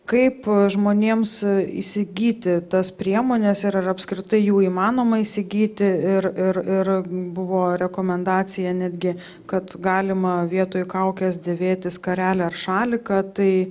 kaip žmonėms įsigyti tas priemones ir ar apskritai jų įmanoma įsigyti ir ir ir buvo rekomendacija netgi kad galima vietoj kaukės dėvėti skarelę ar šaliką tai